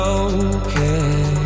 okay